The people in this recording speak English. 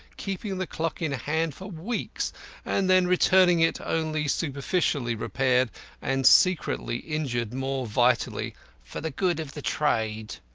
keeping the clock in hand for weeks and then returning it only superficially repaired and secretly injured more vitally for the good of the trade.